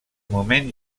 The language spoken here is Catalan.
moment